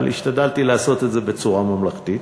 אבל השתדלתי לעשות את זה בצורה ממלכתית.